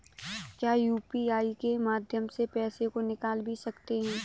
क्या यू.पी.आई के माध्यम से पैसे को निकाल भी सकते हैं?